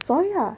sorry lah